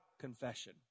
confession